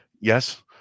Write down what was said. yes